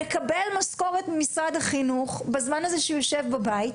ומקבל משכורת ממשרד החינוך בזמן שהוא יושב בבית,